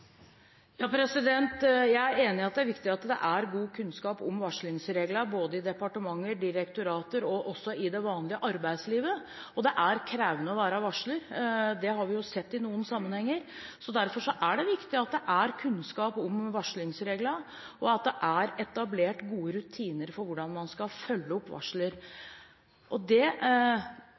Jeg er enig i at det er viktig at det er god kunnskap om varslingsreglene både i departementer, i direktorater og også i det vanlige arbeidslivet. Det er krevende å være varsler. Det har vi sett i noen sammenhenger. Derfor er det viktig at det er kunnskap om varslingsreglene og at det er etablert gode rutiner for hvordan man skal følge opp varsler. Det mener jeg at det